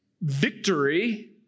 victory